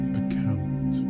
account